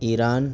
Iran